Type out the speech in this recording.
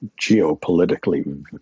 geopolitically